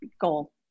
goal